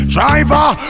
Driver